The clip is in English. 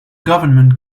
government